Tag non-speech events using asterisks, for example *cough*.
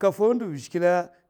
azhigilè *unintelligible*